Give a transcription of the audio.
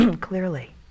clearly